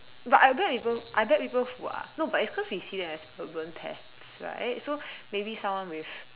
but I bet people I bet people who are no but it's cause we see them as urban pests right so maybe someone with